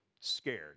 scared